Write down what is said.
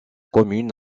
commune